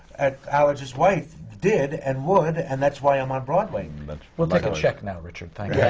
at allergist's wife did and would, and that's why i'm on broadway. but we'll take a check now, richard, thank yeah